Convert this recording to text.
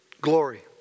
Glory